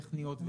טכניות מאוד,